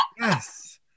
Yes